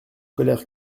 colère